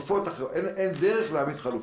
אין דרך להעמיד חלופות.